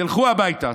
תלכו הביתה.